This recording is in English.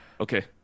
Okay